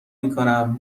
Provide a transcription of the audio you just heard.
میکنم